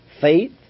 Faith